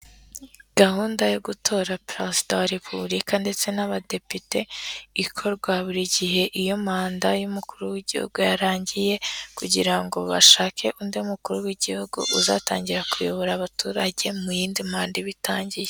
Gahunda yo gutora perezida wa repubulika ndetse n'abadepite ikorwa buri gihe iyo manda y'umukuru w'igihugu yarangiye kugira ngo bashake undi mukuru w'igihugu uzatangira kuyobora abaturage mu yindi manda iba itangiye.